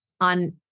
on